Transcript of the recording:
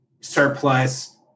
surplus